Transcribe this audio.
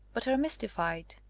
but are mys tified.